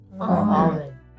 Amen